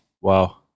Wow